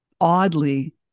oddly